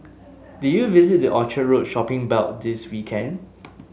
did you visit the Orchard Road shopping belt this weekend